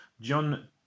John